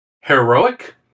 Heroic